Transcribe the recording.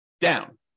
down